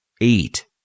eight